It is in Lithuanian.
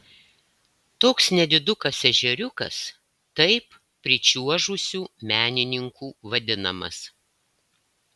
toks nedidukas ežeriukas taip pričiuožusių menininkų vadinamas